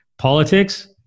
politics